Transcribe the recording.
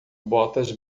botas